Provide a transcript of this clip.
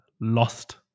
lost